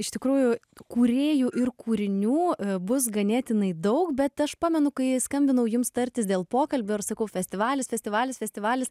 iš tikrųjų kūrėjų ir kūrinių bus ganėtinai daug bet aš pamenu kai skambinau jums tartis dėl pokalbio ir sakau festivalis festivalis festivalis